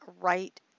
right